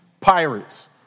pirates